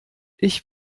ich